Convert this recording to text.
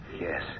Yes